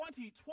2020